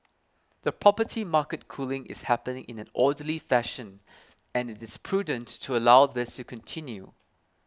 the property market cooling is happening in an orderly fashion and it is prudent to allow this to continue